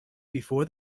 before